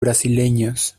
brasileños